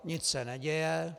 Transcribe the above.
Nic se neděje.